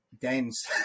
dense